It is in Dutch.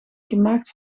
gemaakt